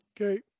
Okay